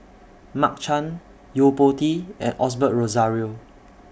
Mark Chan Yo Po Tee and Osbert Rozario